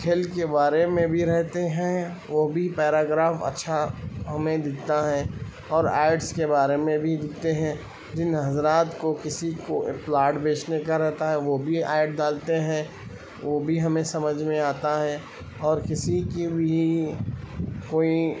کھیل کے بارے میں بھی رہتے ہیں وہ بھی پیرا گراف اچھا ہمیں دکھتا ہے اور ایڈس کے بارے میں بھی دکھتے ہیں جن حضرات کو کسی کو پلاٹ بیچنے کا رہتا ہے وہ بھی ایڈ ڈالتے ہیں وہ بھی ہمیں سمجھ میں آتا ہے اور كسی كی بھی کوٮٔی